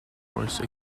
horse